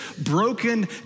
broken